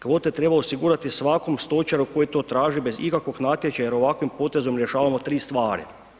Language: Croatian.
Kvote treba osigurati svakom stočaru koji to traži bez ikakvog natječaja jer ovakvim potezom rješavamo tri stvari.